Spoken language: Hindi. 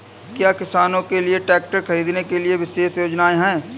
क्या किसानों के लिए ट्रैक्टर खरीदने के लिए विशेष योजनाएं हैं?